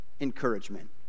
Encouragement